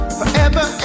forever